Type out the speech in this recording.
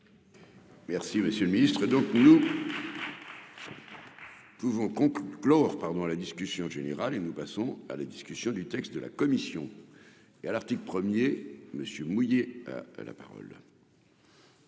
Merci, monsieur le Ministre, donc nous. Tous vont clore pardon à la discussion générale et nous passons à la discussion du texte de la commission et à l'article 1er Monsieur mouillé la parole.